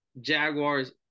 Jaguars